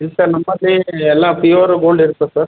ಇದೆ ಸರ್ ನಮ್ಮಲ್ಲಿ ಎಲ್ಲ ಪ್ಯೂವರ್ ಗೋಲ್ಡ್ ಇರ್ತದೆ ಸರ್